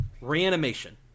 Reanimation